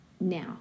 now